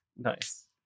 Nice